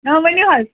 آ ؤنِو حظ